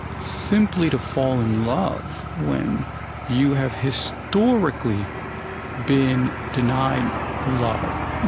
simply to fall in love, when you have historically been denied love,